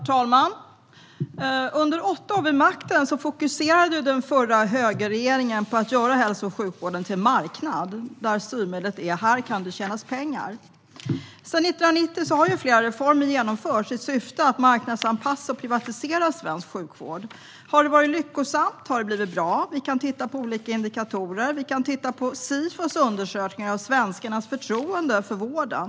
Herr talman! Under åtta år vid makten fokuserade högerregeringen på att göra hälso och sjukvården till en marknad, där styrmedlet är "här kan det tjänas pengar". Sedan 1990 har flera reformer genomförts i syfte att marknadsanpassa och privatisera svensk sjukvård. Har det varit lyckosamt? Har det blivit bra? Vi kan titta på olika indikatorer, till exempel Sifos undersökning av svenskarnas förtroende för vården.